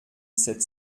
sept